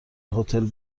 هتل